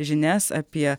žinias apie